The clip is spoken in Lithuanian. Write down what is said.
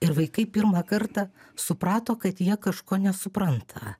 ir vaikai pirmą kartą suprato kad jie kažko nesupranta